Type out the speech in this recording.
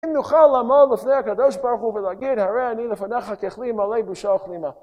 אם נוכל לעמוד לפני הקדוש ברוך הוא ולהגיד הרי אני לפניך ככלי מלא בושה וכלימה